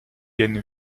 gaine